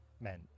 men